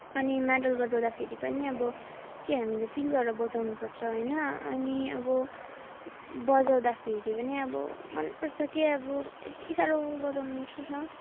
अनि मादल बजाउँदाखेरि पनि अब के हामीले फिल गरेर बजाउनुपर्छ होइन अनि अब बजाउँदाखेरि पनि अब मनपर्छ के अब यति साह्रो बजाउने मन चाहिँ छ